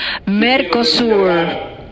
MERCOSUR